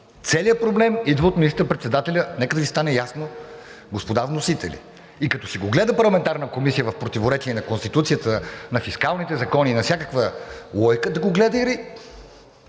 Целият проблем идва от министър-председателя, нека да Ви стане ясно, господа вносители. И като ще го гледа парламентарна комисия, в противоречие на Конституцията, на фискалните закони и на всякаква логика, да го гледа и